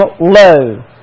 low